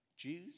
Jews